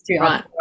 Right